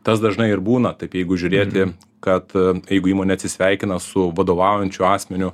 tas dažnai ir būna taip jeigu žiūrėti kad jeigu įmonė atsisveikina su vadovaujančiu asmeniu